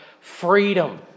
Freedom